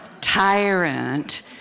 tyrant